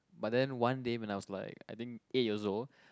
but then one day when I was like I think eight years old